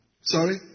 Sorry